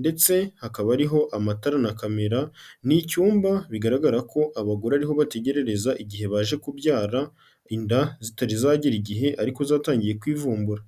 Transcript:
ndetse hakaba ariho amatara na kamera, ni icyumba bigaragara ko abagore ariho bategerereza igihe baje kubyara inda zitari zagera igihe ariko zatangiye kwivumbura.